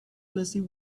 leslie